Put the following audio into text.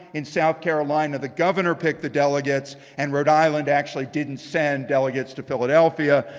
in south carolina the governor picked the delegates. and rhode island actually didn't send delegates to philadelphia.